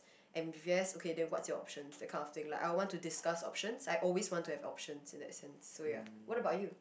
and yes okay then what's your options that kind of thing like I would want to discuss options I always want to have options in that sense so ya what about you